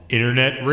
Internet